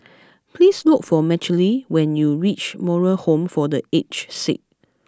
please look for Michaele when you reach Moral Home for The Aged Sick